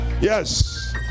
Yes